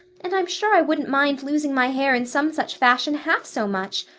and i'm sure i wouldn't mind losing my hair in some such fashion half so much.